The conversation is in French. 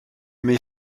mes